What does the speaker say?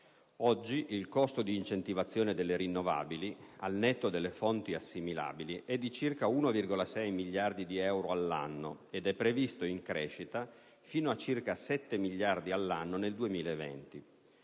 Oggi il costo di incentivazione delle rinnovabili, al netto delle fonti assimilabili, è di circa 1,6 miliardi di euro l'anno, una cifra che si prevede in crescita fino ad arrivare a 7 miliardi di euro nel 2020.